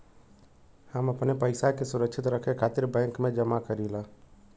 हम अपने पइसा के सुरक्षित रखे खातिर बैंक में जमा करीला